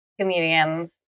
comedians